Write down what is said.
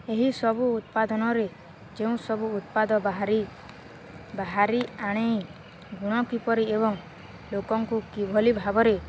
ଏହିସବୁ ଉତ୍ପାଦନରେ ଯେଉଁ ସବୁ ଉତ୍ପାଦ ବାହାରି ବାହାରି ଗୁଣ କିପରି ଏବଂ ଲୋକଙ୍କୁ କିଭଳି ଭାବରେ